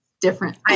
different